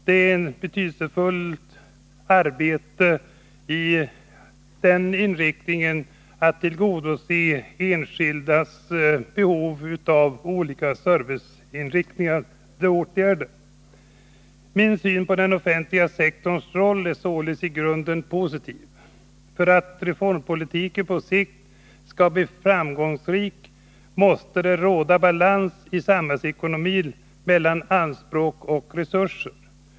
Det är ett betydelsefullt arbete med inriktningen att tillgodose enskildas behov av olika serviceåtgärder. Min syn på den offentliga sektorns roll är således i grunden positiv. För att reformpolitiken på sikt skall bli framgångsrik måste det råda balans i samhällsekonomin mellan anspråk och resurser.